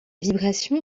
vibration